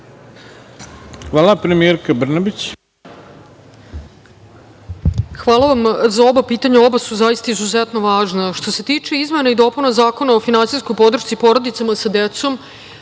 Brnabić. **Ana Brnabić** Hvala vam za oba pitanja. Oba su zaista izuzetno važna. Što se tiče izmena i dopuna Zakona o finansijskoj podršci porodicama sa decom,